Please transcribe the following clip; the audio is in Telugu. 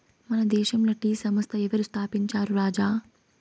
మన దేశంల టీ సంస్థ ఎవరు స్థాపించారు రాజా